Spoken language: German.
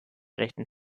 rechten